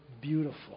beautiful